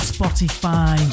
Spotify